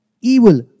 evil